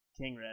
Kingred